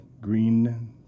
green